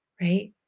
Right